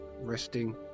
resting